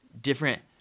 different